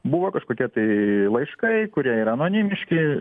buvo kažkokie tai laiškai kurie yra anonimiški